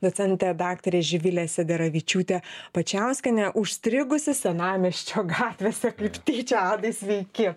docentė daktarė živilė sederevičiūtė pačiauskienė užstrigusi senamiesčio gatvėse kaip tyčia adai sveiki